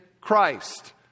Christ